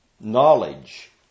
knowledge